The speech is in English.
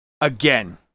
Again